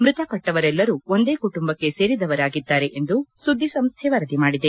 ಮೃತಪಟ್ಟವರೆಲ್ಲರು ಒಂದೇ ಕುಟುಂಬಕ್ಕೆ ಸೇರಿದವರಾಗಿದ್ದಾರೆ ಎಂದು ಸುದ್ದಿಸಂಸ್ಟೆ ವರದಿ ಮಾಡಿದೆ